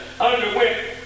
underwent